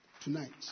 tonight